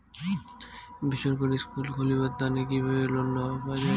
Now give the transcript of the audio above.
বেসরকারি স্কুল খুলিবার তানে কিভাবে লোন পাওয়া যায়?